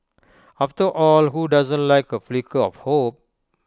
after all who doesn't like A flicker of hope